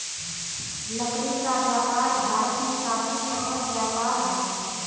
लकड़ी क व्यापार भारत में काफी सफल व्यापार हौ